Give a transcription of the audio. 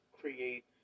create